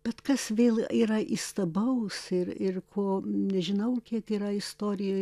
bet kas vėl yra įstabaus ir ir ko nežinau kiek yra istorijoj